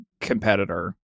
competitor